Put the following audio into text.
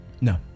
No